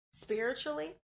spiritually